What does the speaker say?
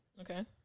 Okay